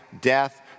death